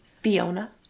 Fiona